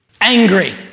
angry